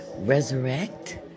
Resurrect